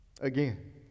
Again